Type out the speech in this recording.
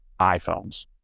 iPhones